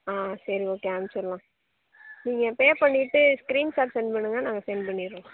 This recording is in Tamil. ஆ சரி ஓகே அமுச்சுவிடலாம் நீங்கள் பே பண்ணிவிட்டு ஸ்க்ரீன் ஷாட் சென்ட் பண்ணுங்க நாங்கள் சென்ட் பண்ணிடுறோம்